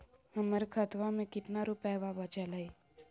हमर खतवा मे कितना रूपयवा बचल हई?